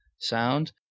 sound